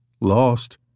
lost